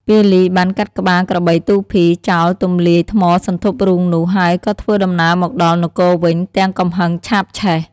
ពាលីបានកាត់ក្បាលក្របីទូភី ចោលទំលាយថ្មសន្ធប់រូងនោះហើយក៏ធ្វើដំណើរមកដល់ នគរវិញទាំងកំហឹងឆាបឆេះ។